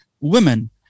women